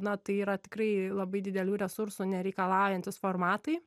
na tai yra tikrai labai didelių resursų nereikalaujantys formatai